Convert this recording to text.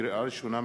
לקריאה ראשונה,